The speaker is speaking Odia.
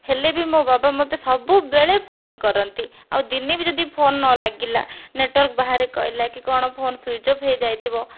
ହେଲେ ବି ମୋ' ବାବା ମୋତେ ସବୁବେଳେ ଫୋନ୍ କରନ୍ତି ଆଉ ଦିନେ ଯଦି ଫୋନ୍ ନଲାଗିଲା ନେଟୱର୍କ ବାହାରେ କହିଲା କି କ'ଣ ଫୋନ୍ ସୁଇଚ୍ ଅଫ୍ ହୋଇଯାଇଥିବ